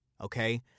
okay